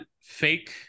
fake